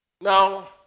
Now